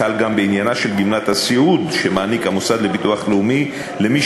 חל גם בעניינה של גמלת הסיעוד שמעניק המוסד לביטוח לאומי למי